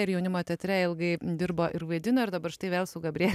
ir jaunimo teatre ilgai dirbo ir vaidino ir dabar štai vėl su gabriele